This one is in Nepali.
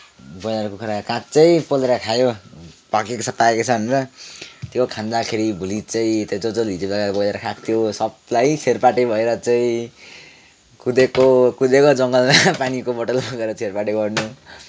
ब्रोयलर कुखुरा काँच्चै पोलेर खाँयौँ पाकेको छ पाकेको छ भनेर त्यो खाँदाखेरि भोलि चाहिँ त्यहाँ ज जसले हिजो गएर खाएका थियो सबैलाई छेरपाटी भएर चाहिँ कुदेको कुदेकै जङ्गलमा पानीको बोतल बोकेर छेरपाटी गर्न